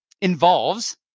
involves